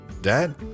Dad